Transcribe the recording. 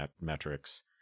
metrics